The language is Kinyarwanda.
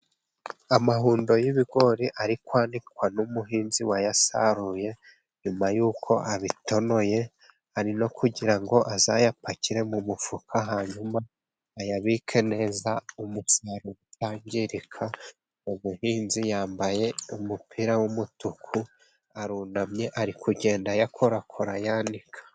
Amahundo y'ibigori ari kwanikwa n'umuhinzi wayasaruye, nyuma y'uko abitonoye, ari no kugira ngo azayapakire mu mufuka hanyuma ayabike neza, umusaruro utangirika. Umuhinzi yambaye umupira w'umutuku, arunamye ari kugenda ayakorakora ayanika.